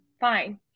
fine